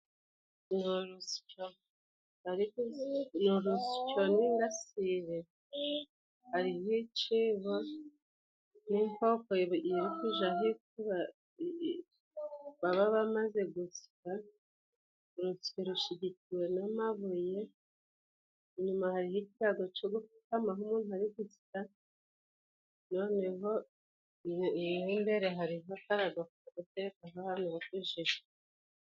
Ni urusyo n'ingasire, hariho icyibo n'inkoko iri kujyaho ifu baba bamaze gusya, urusyo rushyigikiwe n'amabuye, inyuma hariho ikirago cyo gupfukamaho umuntu ari gusya, noneho n'imbere hariho akarago ko guterekaho ahantu ho kujya ifu.